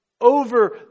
over